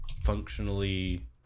functionally